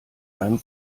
einem